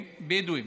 הם בדואים,